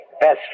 Best